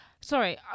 Sorry